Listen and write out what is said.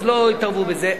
אז לא התערבו בזה.